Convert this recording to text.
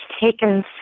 taken